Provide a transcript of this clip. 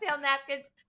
napkins